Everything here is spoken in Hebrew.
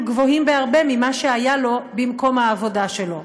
גבוהים בהרבה ממה שהיה לו במקום העבודה שלו.